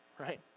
right